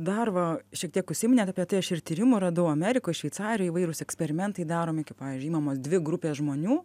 dar va šiek tiek užsiminėt apie tai aš ir tyrimų radau amerikoj šveicarijoj įvairūs eksperimentai daromi pavyzdžiui imamos dvi grupės žmonių